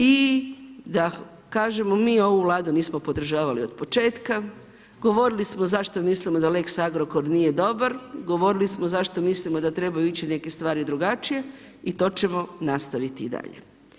I da kažemo mi ovu Vladu nismo podržavali od početka, govorili smo zašto mislimo da lex Agrokor nije dobar, govorili smo zašto mislimo da trebaju ići neke stvari drugačije i to ćemo nastaviti i dalje.